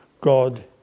God